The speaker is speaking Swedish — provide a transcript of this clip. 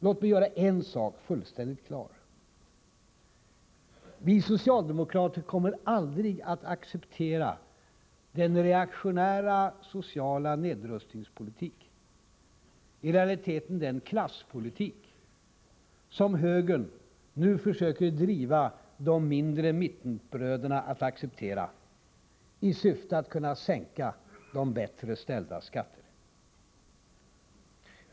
Låt mig göra en sak fullständigt klar: Vi socialdemokrater kommer aldrig att acceptera den reaktionära sociala nedrustningspolitik, i realiteten den klasspolitik, som högern nu försöker driva de mindre mittenbröderna att acceptera — i syfte att kunna sänka de bättre ställdas skatter.